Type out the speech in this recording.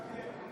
אדוני,